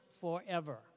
forever